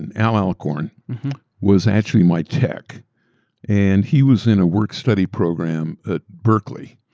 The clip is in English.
and allan alcorn was actually my tech and he was in a work-study program at berkeley.